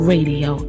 Radio